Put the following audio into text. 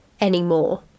anymore